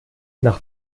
nach